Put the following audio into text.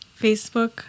Facebook